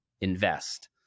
invest